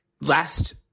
last